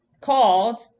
called